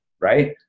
right